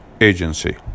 agency